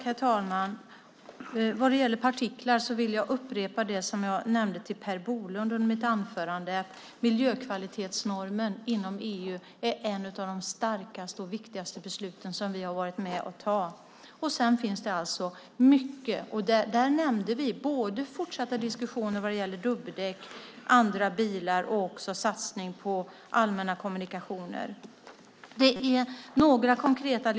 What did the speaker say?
Herr talman! Jag vill upprepa det jag sade till Per Bolund under mitt anförande när det gäller partiklar. Miljökvalitetsnormen inom EU är ett av de starkaste och viktigaste beslut som vi har varit med och fattat. Vi nämnde fortsatta diskussioner om dubbdäck, andra bilar och satsningar på allmänna kommunikationer.